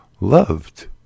loved